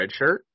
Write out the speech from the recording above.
redshirt